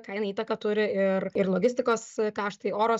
kainai įtaką turi ir ir logistikos kaštai oro